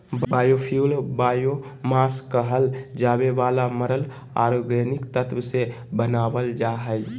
biofuel biomass कहल जावे वाला मरल ऑर्गेनिक तत्व से बनावल जा हइ